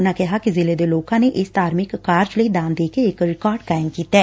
ਉਨੂਾ ਕਿਹਾ ਕਿ ਜ਼ਿਲ੍ਹੇ ਦੇ ਲੋਕਾ ਨੇ ਇਸ ਧਾਰਮਿਕ ਕਾਰਜ ਲਈ ਦਾਨ ਦੇ ਕੇ ਇਕ ਰਿਕਾਰਡ ਕਾਇਮ ਕੀਤਾ ਏ